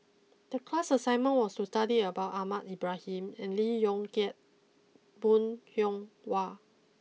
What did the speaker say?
the class assignment was to study about Ahmad Ibrahim and Lee Yong Kiat Bong Hiong Hwa